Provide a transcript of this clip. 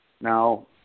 Now